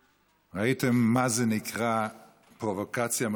החוצה, בבקשה.